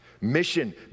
Mission